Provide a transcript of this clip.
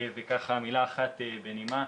ומילה אחת בנימה,